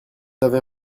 avez